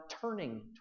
turning